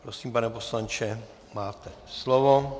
Prosím, pane poslanče, máte slovo.